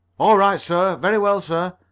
all right, sir. very well, sir,